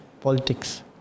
politics